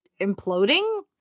imploding